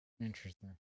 Interesting